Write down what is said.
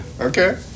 okay